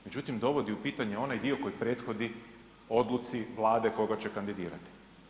Međutim, dovodi u pitanje onaj dio koji prethodi odluci Vlade koga će kandidirati.